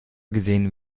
gesehen